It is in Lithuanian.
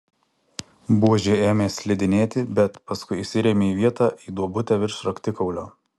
buožė ėmė slidinėti bet paskui įsirėmė į vietą į duobutę virš raktikaulio